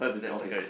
let's circle it